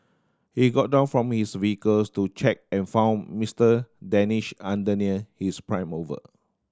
he got down from his vehicles to check and found Mister Danish under near his prime mover